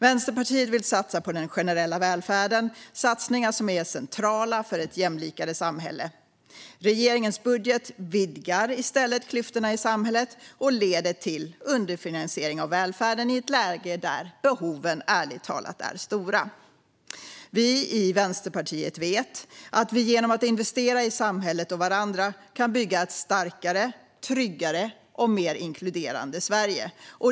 Vänsterpartiet vill göra satsningar på den generella välfärden, satsningar som är centrala för ett jämlikare samhälle. Regeringens budget vidgar i stället klyftorna i samhället och leder till underfinansiering av välfärden i ett läge där behoven ärligt talat är stora. Vi i Vänsterpartiet vet att vi genom att investera i samhället och varandra kan bygga ett starkare, tryggare och mer inkluderande Sverige.